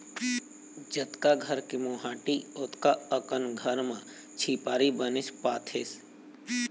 जतका घर के मोहाटी ओतका अकन घर म झिपारी बने पातेस